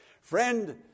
Friend